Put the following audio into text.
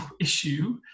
issue